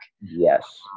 Yes